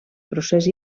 procés